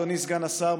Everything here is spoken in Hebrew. אדוני סגן השר,